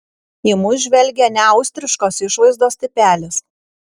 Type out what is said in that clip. į mus žvelgė neaustriškos išvaizdos tipelis